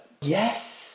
yes